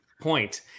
point